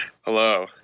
Hello